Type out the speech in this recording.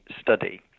study